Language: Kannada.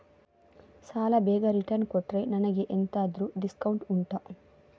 ಸಾಲ ಬೇಗ ರಿಟರ್ನ್ ಕೊಟ್ರೆ ನನಗೆ ಎಂತಾದ್ರೂ ಡಿಸ್ಕೌಂಟ್ ಉಂಟಾ